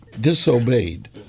disobeyed